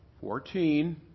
fourteen